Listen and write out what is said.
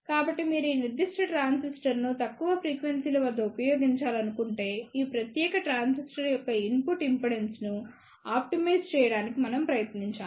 కాబట్టి మీరు ఈ నిర్దిష్ట ట్రాన్సిస్టర్ను తక్కువ ఫ్రీక్వెన్సీల వద్ద ఉపయోగించాలనుకుంటే ఈ ప్రత్యేక ట్రాన్సిస్టర్ యొక్క ఇన్పుట్ ఇంపిడెన్స్ను ఆప్టిమైజ్ చేయడానికి మనం ప్రయత్నించాలి